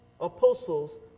apostles